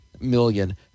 million